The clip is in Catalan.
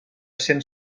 cent